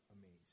amazed